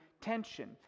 tension